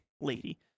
Lady